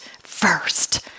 first